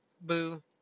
Boo